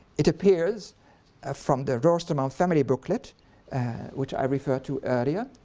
it appears ah from the roosterman family booklet which i referred to earlier,